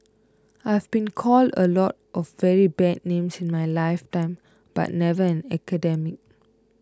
I've been called a lot of very bad names in my lifetime but never an academic